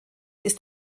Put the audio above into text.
ist